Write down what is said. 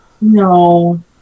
No